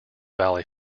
valley